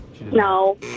No